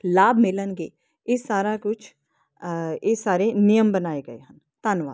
ਲਾਭ ਮਿਲਣਗੇ ਇਹ ਸਾਰਾ ਕੁਝ ਇਹ ਸਾਰੇ ਨਿਯਮ ਬਣਾਏ ਗਏ ਧੰਨਵਾਦ